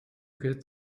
get